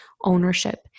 ownership